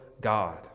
God